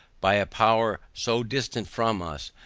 by a power, so distant from us,